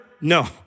No